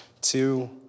Two